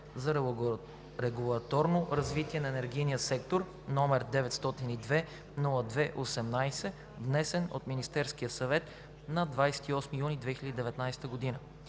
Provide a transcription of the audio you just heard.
за регулаторно развитие на енергийния сектор, № 902-02-18, внесен от Министерския съвет на 28 юни 2019 г.